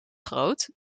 groot